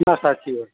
ના સાચી વાત છે